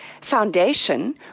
foundation